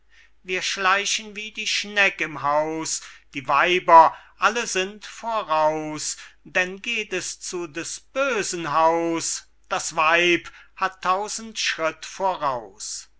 wir schleichen wie die schneck im haus die weiber alle sind voraus denn geht es zu des bösen haus das weib hat tausend schritt voraus